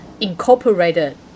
incorporated